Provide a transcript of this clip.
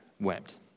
wept